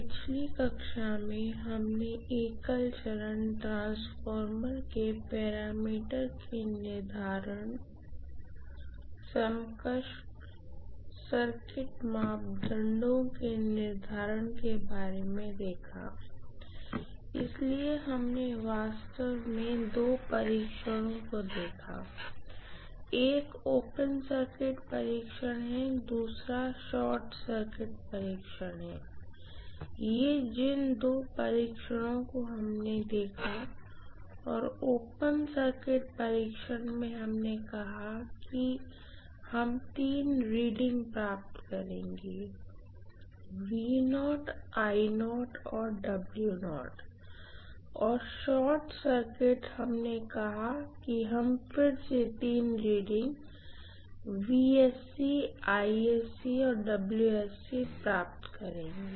पिछली कक्षा में हमने सिंगल फेज ट्रांसफार्मर के पैरामीटर के निर्धारण समकक्ष सर्किट मापदंडों के निर्धारण के बारे में देखा है इसलिए हमने वास्तव में दो परीक्षणों को देखा एक ओपन सर्किट परीक्षण है दूसरा शॉर्ट सर्किट परीक्षण है ये जिन दो परीक्षणों को हमने देखा और ओपन सर्किट परीक्षण में हमने कहा कि हम तीन रीडिंग प्राप्त करेंगे और और शॉर्ट सर्किट टेस्ट हमने कहा कि हम फिर से तीन रीडिंग और प्राप्त करेंगे